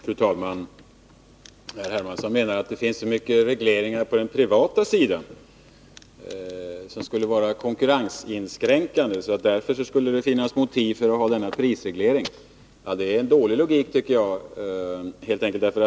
Fru talman! Herr Hermansson menar att det finns så mycket regleringar på den privata sidan som är konkurrensinskränkande att detta skulle vara ett motiv för att ha denna prisreglering. Det är dålig logik, tycker jag helt enkelt.